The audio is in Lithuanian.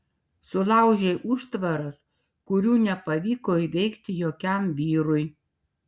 sulaužei užtvaras kurių nepavyko įveikti jokiam vyrui